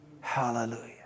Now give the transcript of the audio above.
Hallelujah